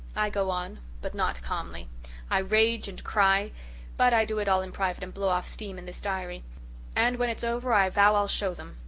i go on but not calmly i rage and cry but i do it all in private and blow off steam in this diary and when it's over i vow i'll show them.